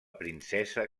princesa